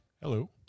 Hello